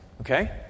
Okay